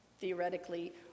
theoretically